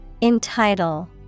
Entitle